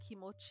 kimochi